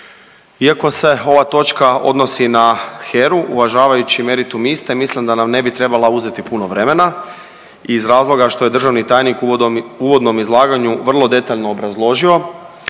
Iako se ova točka odnosi na HERA-u, uvažavajući meritum iste, mislim da nam ne bi trebala uzeti puno vremena iz razloga što je državni tajnik u uvodnom izlaganju vrlo detaljno obrazložio